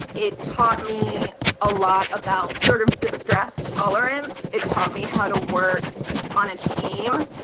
it taught me a lot about sort of distress tolerance, it taught me how to work on a team,